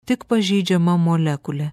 tik pažeidžiama molekulė